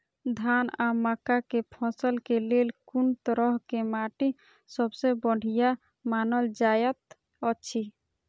धान आ मक्का के फसल के लेल कुन तरह के माटी सबसे बढ़िया मानल जाऐत अछि?